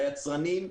ליצרנים,